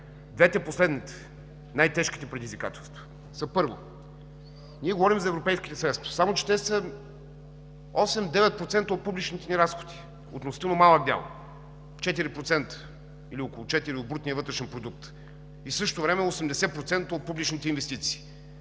Двете, последните, най-тежките предизвикателства, са: първо, ние говорим за европейските средства, само че те са 8 – 9% от публичните ни разходи, относително малък дял – 4% или около 4 от брутния вътрешен продукт, и в същото време 80% от публичните инвестиции.